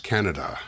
Canada